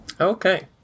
Okay